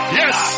yes